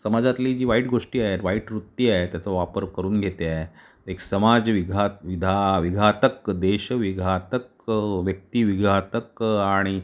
समाजातली जी वाईट गोष्टी आहेत वाईट वृत्ती आहे त्याचा वापर करून घेते आहे एक समाज विघा विधा विघातक देश विघातक व्यक्ती विघातक आणि